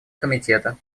комитета